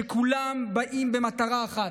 כולם באים במטרה אחת: